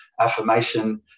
affirmation